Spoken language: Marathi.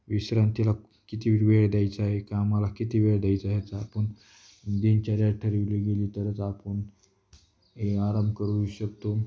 विश्रांतीला किती व वेळ द्यायचा आहे कामाला किती वेळ द्यायचा आहे ह्याचा आपण दिनचर्या ठरवली गेली तरच आपण हे आराम करू शकतो